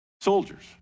soldiers